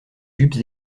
jupes